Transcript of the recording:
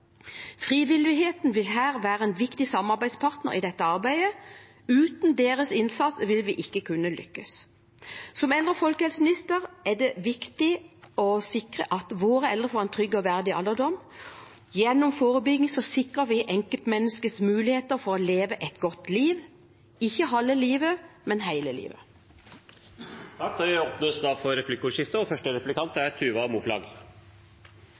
Frivilligheten vil være en viktig samarbeidspartner i dette arbeidet. Uten deres innsats vil vi ikke kunne lykkes. Som eldre- og folkehelseminister er det viktig for meg å sikre at våre eldre får en trygg og verdig alderdom. Gjennom forebygging sikrer vi enkeltmenneskets muligheter for å leve et godt liv – ikke halve livet, men hele livet. Det blir replikkordskifte. Her på Stortinget har vi etablert et tverrpolitisk nettverk for eldreomsorg, og